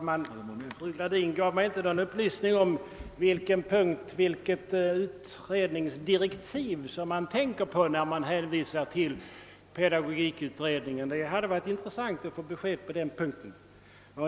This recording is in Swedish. Fru Gradin gav mig inte någon upplysning om vilket utredningsdirektiv som man tänker på när man hänvisar till pedagogikutredningen — det hade varit intressant att få besked på den punkten.